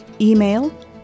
email